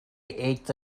yates